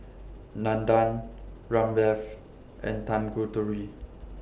Nandan Ramdev and Tanguturi